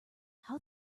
how